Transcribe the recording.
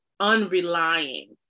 unrelying